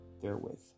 therewith